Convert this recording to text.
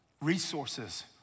resources